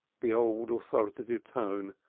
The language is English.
the old authoritative tone,